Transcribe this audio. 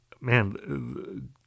man